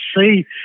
see